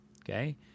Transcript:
okay